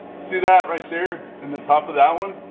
see that right there in the top of that one?